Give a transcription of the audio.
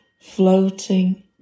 Floating